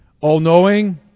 all-knowing